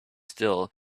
still